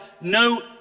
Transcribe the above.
no